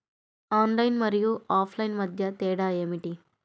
Online మరియు offline మధ్య తేడా ఏమిటీ?